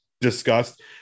discussed